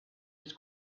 was